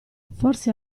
forse